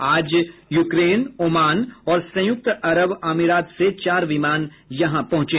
आज Ukraine Oman और संयुक्त अरब अमीरात से चार विमान यहां पहुंचे